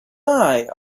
eye